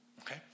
Okay